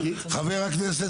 חבר הכנסת